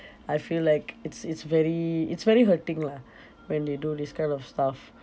I feel like it's it's very it's very hurting lah when they do this kind of stuff